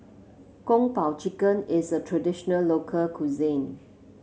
Kung Po Chicken is a traditional local cuisine